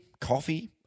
coffee